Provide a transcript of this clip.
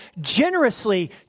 generously